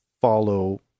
follow